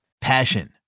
Passion